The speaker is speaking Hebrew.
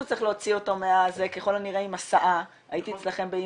צריך להוציא אותו מ- -- ככל הנראה עם הסעה הייתי אצלכם באילנות,